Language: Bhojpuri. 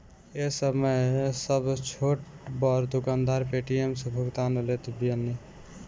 ए समय सब छोट बड़ दुकानदार पेटीएम से भुगतान लेत बाने